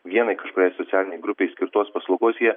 vienai kažkuriai socialinei grupei skirtos paslaugos jie